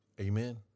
Amen